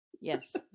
Yes